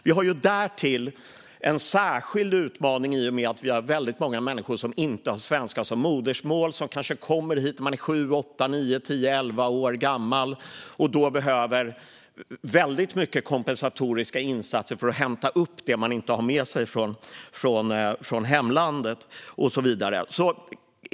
Vi har därtill en särskild utmaning i och med att vi har många människor här som inte har svenska som modersmål och som kanske kommit hit när de varit sju, åtta, nio, tio eller elva år gamla och behöver väldigt mycket kompensatoriska insatser för att hämta upp det som de inte har med sig från hemlandet.